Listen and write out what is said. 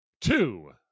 two